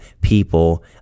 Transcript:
people